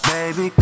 Baby